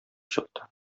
чыкты